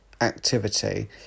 activity